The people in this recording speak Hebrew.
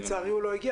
לצערי, הוא לא הגיע.